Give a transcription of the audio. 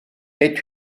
est